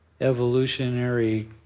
evolutionary